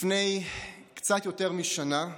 לפני קצת יותר משנה,